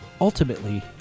ultimately